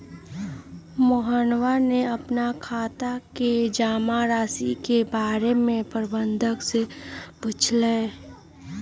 मोहनवा ने अपन खाता के जमा राशि के बारें में प्रबंधक से पूछलय